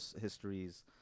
histories